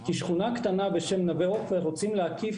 כי שכונה קטנה בשם נווה עופר רוצים להקיף